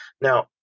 Now